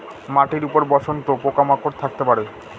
মাটির উপর সমস্ত পোকা মাকড় থাকতে পারে